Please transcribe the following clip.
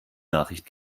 nachricht